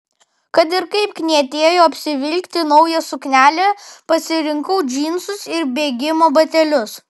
kad ir kaip knietėjo apsivilkti naują suknelę pasirinkau džinsus ir bėgimo batelius